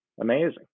amazing